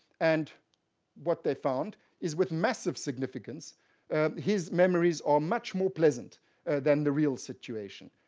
and what they found is with massive significance his memories are much more pleasant than the real situation.